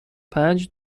پنج